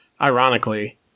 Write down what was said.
ironically